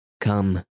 Come